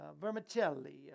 vermicelli